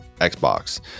Xbox